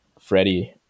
Freddie